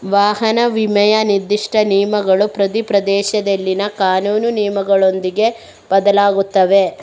ವಾಹನ ವಿಮೆಯ ನಿರ್ದಿಷ್ಟ ನಿಯಮಗಳು ಪ್ರತಿ ಪ್ರದೇಶದಲ್ಲಿನ ಕಾನೂನು ನಿಯಮಗಳೊಂದಿಗೆ ಬದಲಾಗುತ್ತವೆ